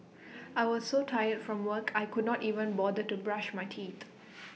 I was so tired from work I could not even bother to brush my teeth